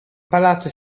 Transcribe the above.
palazzo